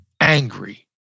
angry